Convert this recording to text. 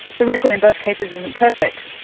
the record in both cases isn't perfect,